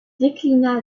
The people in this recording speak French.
déclina